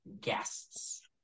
guests